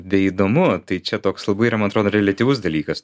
beįdomu tai čia toks labai yra man atrodo reliatyvus dalykas